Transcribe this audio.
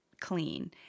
clean